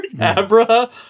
Abra